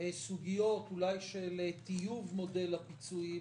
סוגיות של תיוג מודל הפיצויים,